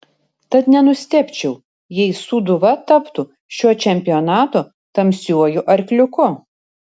tad nenustebčiau jei sūduva taptų šio čempionato tamsiuoju arkliuku